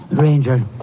Ranger